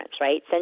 right